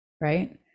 right